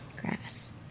Grass